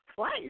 Twice